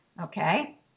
okay